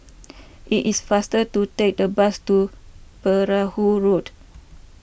it is faster to take the bus to Perahu Road